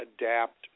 adapt